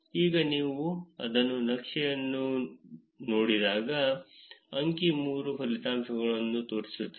ಈಗ ನೀವು ಅದನ್ನು ನಕ್ಷೆಯಲ್ಲಿ ನೋಡಿದಾಗ ಅಂಕಿ 3 ಫಲಿತಾಂಶಗಳನ್ನು ತೋರಿಸುತ್ತದೆ